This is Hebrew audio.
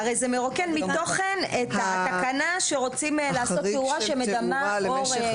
הרי זה מרוקן מתוכן את התקנה שרוצים לעשות תאורה שמדמה אור.